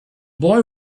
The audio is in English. boy